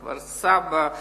בכפר-סבא,